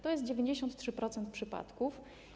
To jest 93% przypadków.